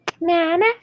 Nana